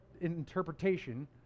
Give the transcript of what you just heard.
interpretation